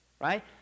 right